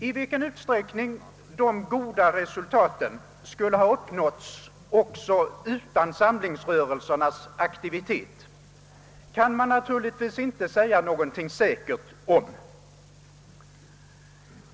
I vilken utsträckning de goda resultaten skulle ha uppnåtts också utan samlingsrörelsernas aktivitet kan man naturligtvis inte säga någonting säkert om.